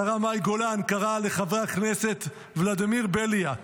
השרה מאי גולן, קראה לחבר הכנסת ולדימיר בליאק.